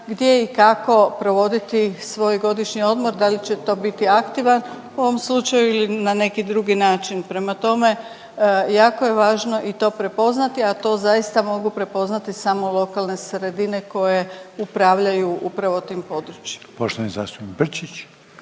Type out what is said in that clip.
gdje i kako provoditi svoj godišnji odmor, da li će to biti aktivan u ovom slučaju ili na neki drugi način. Prema tome, jako je važno i to prepoznati, a to zaista mogu prepoznati samo lokalne sredine koje upravljaju upravo tim područjem. **Reiner,